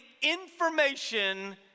information